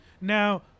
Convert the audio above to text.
Now